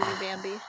Bambi